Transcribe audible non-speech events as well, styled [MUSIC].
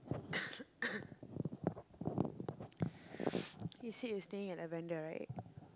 [COUGHS] you said you staying at Lavender right